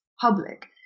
public